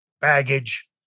baggage